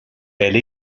elle